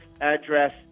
address